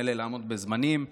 מילא לעמוד בזמנים,